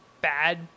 bad